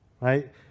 Right